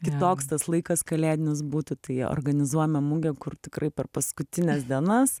kitoks tas laikas kalėdinis būtų tai organizuojame mugę kur tikrai per paskutines dienas